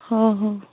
ହଉ ହଉ